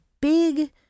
big